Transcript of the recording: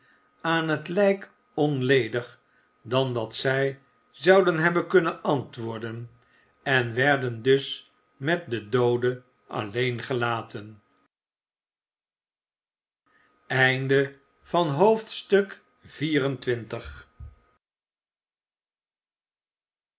aan het lijk onledig dan dat zij zouden hebben kunnen antwoorden en werden dus met de doode alleen gelaten xxv